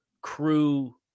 crew